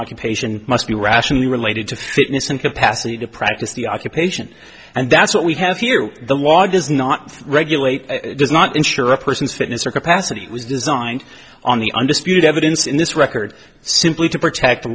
occupation must be rationally related to fitness and capacity to practice the occupation and that's what we have here the law does not regulate does not ensure a person's fitness or capacity was designed on the undisputed evidence in this record simply to protect the